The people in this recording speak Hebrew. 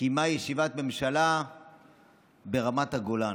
קיימה ישיבת ממשלה ברמת הגולן.